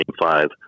five